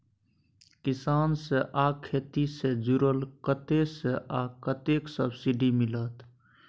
किसान से आ खेती से जुरल कतय से आ कतेक सबसिडी मिलत?